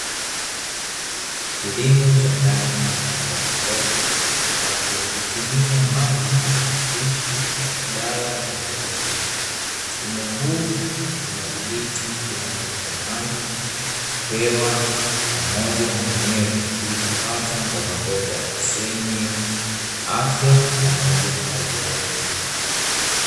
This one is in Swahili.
Kilimo cha ndani cha mbogamboga ambacho hutumia maji yenye virutubishi badala ya udongo. Mfumo huu unadhibiti kiwango cha maji, hewa pamoja na unyevu ili kupata mboga zenye afya pamoja na ubora.